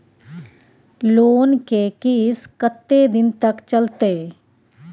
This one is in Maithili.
लोन के किस्त कत्ते दिन तक चलते?